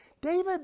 David